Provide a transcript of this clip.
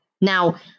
Now